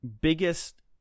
biggest